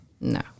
No